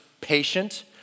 patient